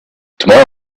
tomorrow